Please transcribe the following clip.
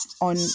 on